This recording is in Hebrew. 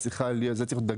צריך לשים דגש,